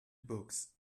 books